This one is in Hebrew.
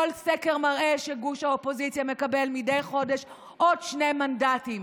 כל סקר מראה שגוש האופוזיציה מקבל מדי חודש עוד שני מנדטים.